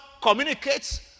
communicates